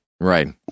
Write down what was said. Right